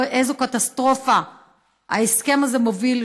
לאיזו קטסטרופה ההסכם הזה מוביל,